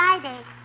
Friday